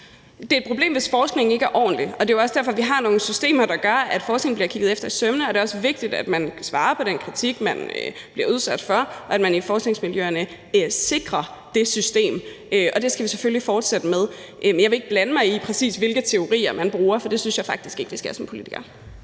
Det er et problem, hvis forskningen ikke er ordentlig, og det er jo også derfor, vi har nogle systemer, der gør, at forskningen bliver kigget efter i sømmene. Og det er også vigtigt, at man svarer på den kritik, man bliver udsat for, og at man i forskningsmiljøerne sikrer det system. Det skal vi selvfølgelig fortsætte med, men jeg vil ikke blande mig i, præcis hvilke teorier man bruger, for det synes jeg faktisk ikke jeg skal som politiker.